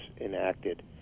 enacted